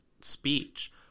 speech